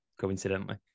coincidentally